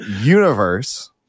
Universe